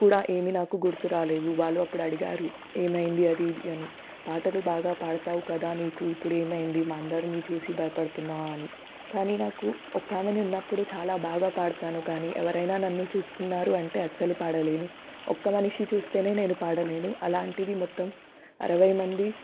కూడా ఏమీ నాకు గుర్తు రాలేదు వాళ్ళు అప్పుడు అడిగారు ఏమైంది అది ఇది అని పాటలు బాగా పాడతావు కదా నీకు ఇప్పుడు ఏమైంది మా అందరిని చూసి భయపడుతున్నావా అని కానీ నాకు ఒక్క ఆమెనే ఉన్నప్పుడు చాలా బాగా పాడతాను కానీ ఎవరైనా నన్ను చూస్తున్నారు అంటే అసలు పాడలేను ఒక్క మనిషి చూస్తేనే నేను పాడలేను అలాంటిది మొత్తం అరవై మంది